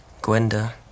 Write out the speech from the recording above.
Gwenda